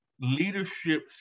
leadership